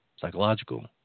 psychological